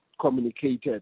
communicated